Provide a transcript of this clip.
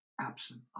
absent